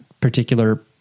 particular